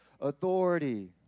authority